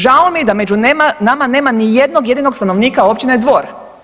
Žao mi je da među nama nema ni jednog jedinog stanovnika općine Dvor.